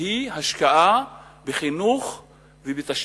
השקעה בחינוך ובתשתיות.